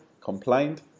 complained